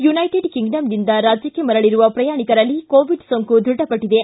United ಕಿಂಗಡಮ್ದಿಂದ ರಾಜ್ಯಕ್ಕೆ ಮರಳರುವ ಪ್ರಯಾಣಿಕರಲ್ಲಿ ಕೋವಿಡ್ ಸೋಂಕು ದೃಢಪಟ್ಟದೆ